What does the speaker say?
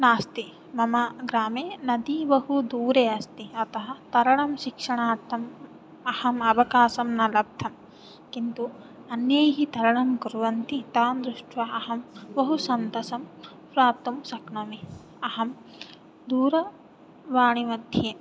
नास्ति मम ग्रामे नदी बहुदूरे अस्ति अतः तरणं शिक्षणार्थम् अहम् अवकाशं न लब्धं किन्तु अन्यैः तरणं कुर्वन्ति तां दृष्ट्वा अहं बहुसन्तोषं प्राप्तुं शक्नोमि अहं दूरवाणी मध्ये